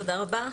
תודה, גברתי.